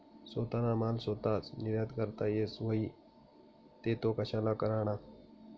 सोताना माल सोताच निर्यात करता येस व्हई ते तो कशा कराना?